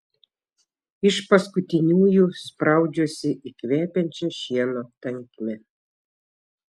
iš paskutiniųjų spraudžiuosi į kvepiančią šieno tankmę